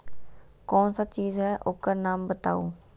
कौन सा चीज है ओकर नाम बताऊ?